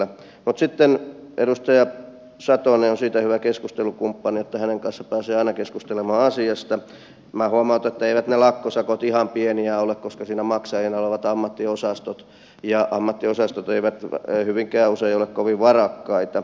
mutta sitten edustaja satonen joka on siitä hyvä keskustelukumppani että hänen kanssaan pääsee aina keskustelemaan asiasta minä huomautan että eivät ne lakkosakot ihan pieniä ole koska siinä maksajina ovat ammattiosastot ja ammattiosastot eivät hyvinkään usein ole kovin varakkaita